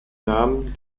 namen